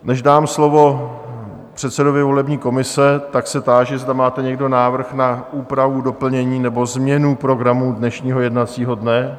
Než dám slovo předsedovi volební komise, tak se táži, zda máte někdo návrh na úpravu, doplnění nebo změnu programu dnešního jednacího dne?